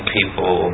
people